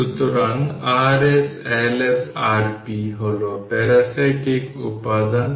সুতরাং Rs Ls Rp হল parasitic উপাদান